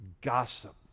gossip